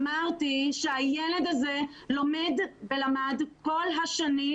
אמרתי שהילד הזה לומד ולמד כל השנים